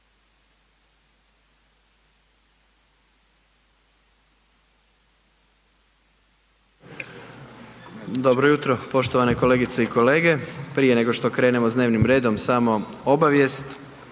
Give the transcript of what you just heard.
Dobro jutro, poštovane kolegice i kolege. Prije nego što krenemo s dnevnim redom, samo obavijest.